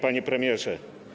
Panie Premierze!